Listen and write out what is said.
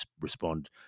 respond